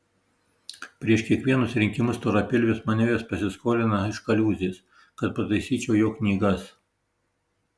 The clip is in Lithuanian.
prieš kiekvienus rinkimus storapilvis mane vis pasiskolina iš kaliūzės kad pataisyčiau jo knygas